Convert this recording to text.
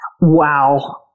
Wow